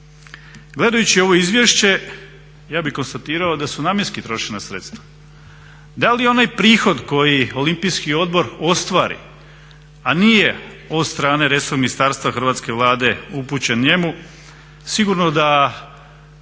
Gledajući ovo izvješće ja bih konstatirao da su namjenski trošena sredstva. Da li onaj prihod koji olimpijski odbor ostvari, a nije od strane resornog ministarstva Hrvatske Vlade upućen njemu, sigurno da